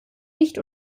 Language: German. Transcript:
nicht